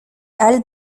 halles